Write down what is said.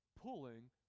pulling